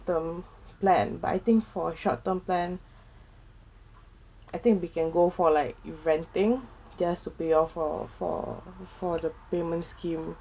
term plan but I think for a short term plan I think we can go for like you renting just to pay off for for for the payment scheme